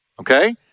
Okay